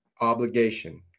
obligation